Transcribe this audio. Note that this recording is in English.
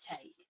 take